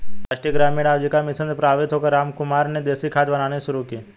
राष्ट्रीय ग्रामीण आजीविका मिशन से प्रभावित होकर रामकुमार ने देसी खाद बनानी शुरू की